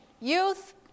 youth